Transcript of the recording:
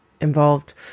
involved